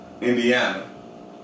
Indiana